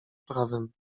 prawem